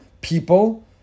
people